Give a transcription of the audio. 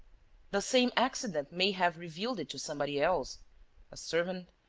the same accident may have revealed it to somebody else a servant.